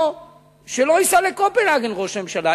או שלא ייסע לקופנהגן, ראש הממשלה.